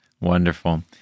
Wonderful